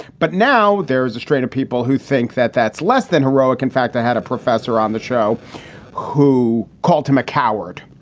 but now there is a strain of people who think that that's less than heroic. in fact, i had a professor on the show who called him a coward.